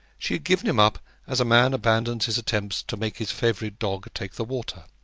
she had given him up as a man abandons his attempts to make his favourite dog take the water.